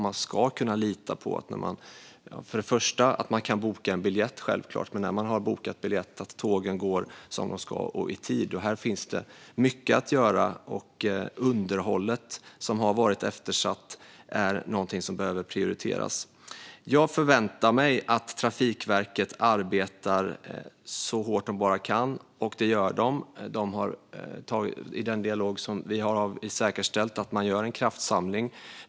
Man ska kunna lita på att man kan boka en biljett och därefter självfallet på att tågen går som de ska och i tid. Här finns mycket att göra, och underhållet, som har varit eftersatt, behöver prioriteras. Jag förväntar mig att Trafikverket arbetar så hårt de bara kan, och det gör de. I vår dialog har de försäkrat att de gör en kraftsamling.